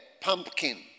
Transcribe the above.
pumpkin